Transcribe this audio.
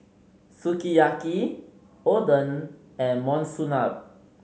Sukiyaki Oden and Monsunabe